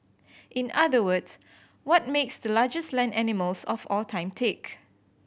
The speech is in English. in other words what makes the largest land animals of all time tick